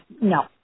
No